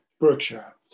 Berkshire